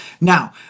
Now